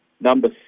number